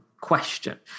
question